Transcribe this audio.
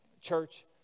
church